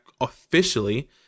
officially